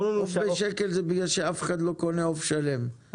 עוף בשקל זה בגלל שאף אחד לא קונה עוף שלם,